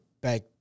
back